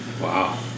Wow